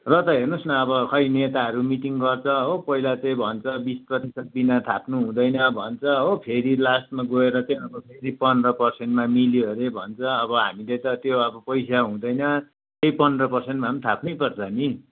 र त हेर्नुहोस् न अब खोइ नेताहरू मिटिङ गर्छ हो पहिला चाहिँ भन्छ बिस प्रतिशत बिना थाप्नु हुँदैन भन्छ हो फेरि लास्टमा गएर चाहिँ अब फेरि पन्ध्र पर्सेन्टमा मिल्यो अरे भन्छ अब हामीले त त्यो अब पैसा हुँदैन त्यही पन्ध्र पर्सेन्ट भए पनि थाप्नै पर्छ नि